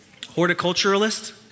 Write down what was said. Horticulturalist